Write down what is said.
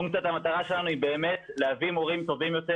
פונקציית המטרה שלנו היא באמת להביא מורים טובים יותר